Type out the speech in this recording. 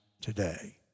today